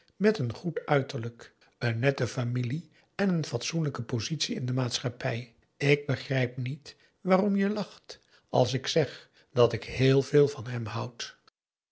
met een goed uiterlijk een nette familie en een fatsoenlijke positie in de maatschappij ik begrijp niet waarom je lacht als ik zeg dat ik heel veel van hem houd